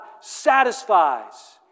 satisfies